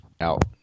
out